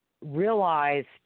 realized